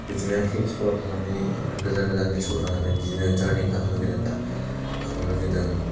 बिदिनो हिल्सफ्राव थांनानै आं गोजान गोजान हिल्सफ्राव थांनानै बिदिनो जारनि खालामनो लुगैदों गाखोनो लुगैदों